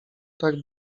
tak